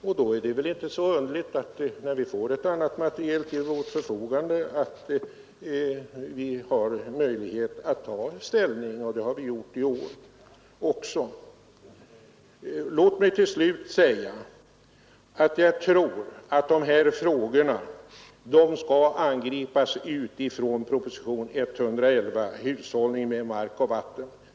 Och när vi nu fått ett sådant material till vårt förfogande, som underlättat för oss att ta ställning i frågan, så är det väl inte underligt att vi också gör det. Låt mig alltså tionen 111, ”Hushållning med mark och vatten”.